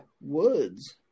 Woods